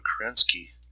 Kerensky